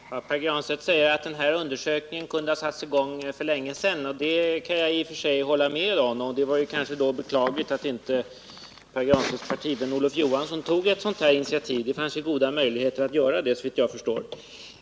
Herr talman! Pär Granstedt säger att en sådan undersökning kunde ha satts i gång för länge sedan. Det kan jag i och för sig hålla med honom om, och det var kanske då beklagligt att inte Pär Granstedts partivän Olof Johansson tog ett sådant initiativ. Det fanns ju goda möjligheter att göra det, såvitt jag förstår.